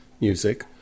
music